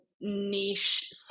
niche